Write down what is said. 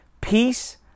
Peace